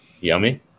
Yummy